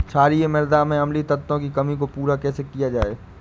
क्षारीए मृदा में अम्लीय तत्वों की कमी को पूरा कैसे किया जाए?